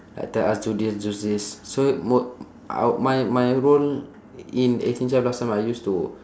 like tell us do this do this so m~ uh my my role in eighteen chef last time I used to